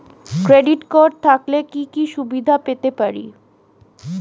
Credit card থাকলে কি কি সুবিধা পেতে পারি?